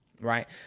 right